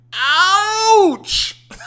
ouch